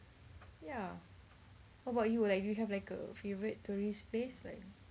ya what about you like if you have like a favourite tourist place like